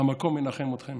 "המקום ינחם אתכם".